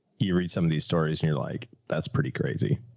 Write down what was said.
you read some of these stories and you're like, that's pretty crazy,